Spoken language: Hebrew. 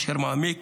אשר מעמיק